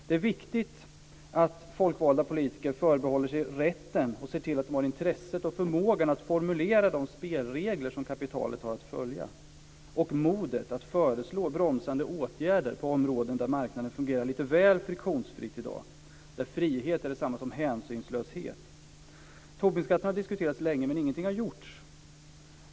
Det är viktigt att folkvalda politiker förbehåller sig rätten och ser till att de har intresset och förmågan att formulera de spelregler som kapitalet har att följa och modet att föreslå bromsande åtgärder på områden där marknaden fungerar lite väl friktionsfritt i dag, där frihet är detsamma som hänsynslöshet. Tobinskatten har diskuterats länge, men ingenting har gjorts.